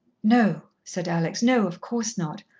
no, said alex. no, of course not.